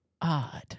odd